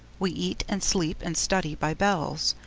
we eat and sleep and study by bells.